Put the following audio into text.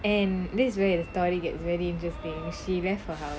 and this is where the story gets very interesting she left her house